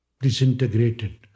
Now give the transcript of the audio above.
disintegrated